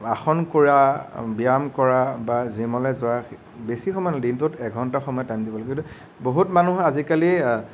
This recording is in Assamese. আসন কৰা ব্যায়াম কৰা বা জিমলৈ যোৱা বেছি সময় দিনটোত এঘন্টা সময় টাইম দিব লাগিব কিন্তু বহুত মানুহ আজিকালি